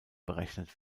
berechnet